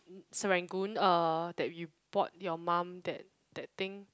Serangoon uh that you bought your mom that that thing